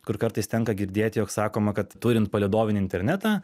kur kartais tenka girdėti jog sakoma kad turint palydovinį internetą